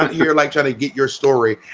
you're, like, trying to get your story.